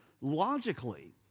logically